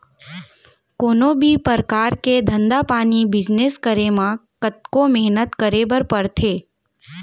कोनों भी परकार के धंधा पानी बिजनेस करे म कतको मेहनत करे बर परथे